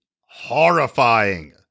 horrifying